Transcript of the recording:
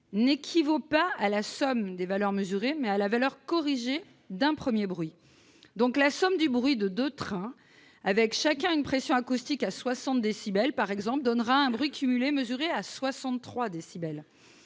équivaut non pas à la somme des valeurs mesurées, mais à la valeur corrigée d'un premier bruit. Par conséquent, la somme du bruit de deux trains avec chacun une pression acoustique à 60 décibels donnera un bruit cumulé mesuré à 63 décibels.